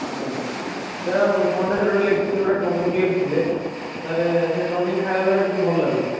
ଆଜ୍ଞା ସାର୍ ଆଉ ପଣ୍ଡା ସାର୍ ଗୋଟେ ଲେଖିଥିଲେ ଗୋଟେ ଟନିକ୍ ଲେଖିଥିଲେ ସାର୍ ସେ ଟନିକ୍ ଖାଇବା ଦ୍ୱାରା ଟିକେ ଭଲ ଲାଗୁଛି